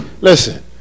Listen